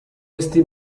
ezti